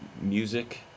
music